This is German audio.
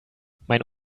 mein